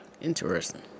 interesting